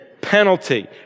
penalty